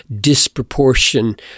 disproportion